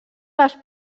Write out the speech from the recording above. les